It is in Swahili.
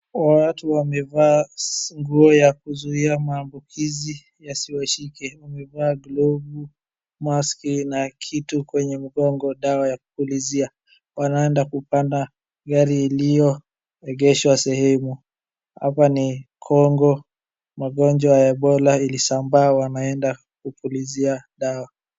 Watu wamevaa nguo ya kuzuia maambukizi yasiwashike, wamevaa glovu, maski na kitu kwenye mgongo, dawa ya kupulizia. Wanaenda kupanda gari ilioegeshwa sehemu. Hapa ni Congo, magonjwa ya Ebola ilisambaa, wanaeda kupulizia dawa.